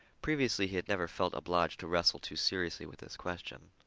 previously he had never felt obliged to wrestle too seriously with this question.